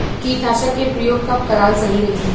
कीटनाशक के प्रयोग कब कराल सही रही?